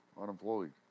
unemployed